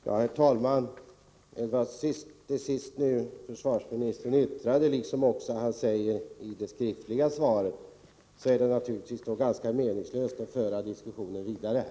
Herr talman! Det försvarsministern yttrade nu senast liksom det han sagt i det skriftliga svaret gör det naturligtvis ganska meningslöst att föra diskussionen vidare här.